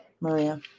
Maria